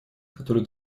которые